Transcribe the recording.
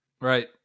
Right